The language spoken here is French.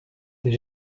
des